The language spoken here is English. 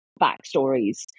backstories